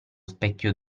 specchio